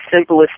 simplest